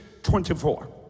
24